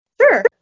Sure